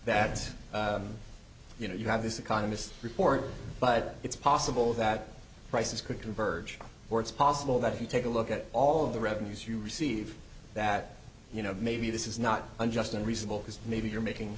that you know you have this economist report but it's possible that prices could converge or it's possible that if you take a look at all of the revenues you receive that you know maybe this is not unjust and reasonable because maybe you're making